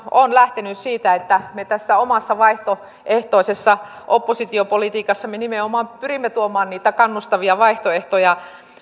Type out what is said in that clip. ovat lähteneet siitä että me tässä omassa vaihtoehtoisessa oppositiopolitiikassamme nimenomaan pyrimme tuomaan niitä kannustavia vaihtoehtoja